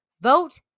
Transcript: vote